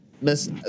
miss